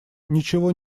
ничего